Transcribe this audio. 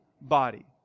body